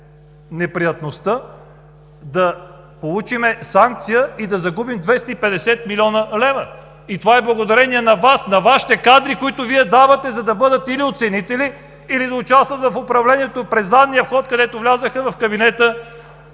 неприятно да получим санкция и да загубим 250 млн. лв. И това е благодарение на Вас, на Вашите кадри, които Вие давате, за да бъдат или оценители, или да участват в управлението през задния вход, от където влязоха в момента